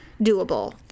doable